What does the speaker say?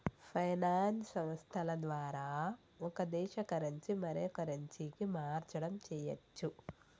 finance సంస్థల ద్వారా ఒక దేశ కరెన్సీ మరో కరెన్సీకి మార్చడం చెయ్యచ్చు